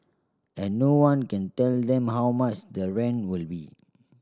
and no one can tell them how much the rent will be